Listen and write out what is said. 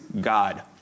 God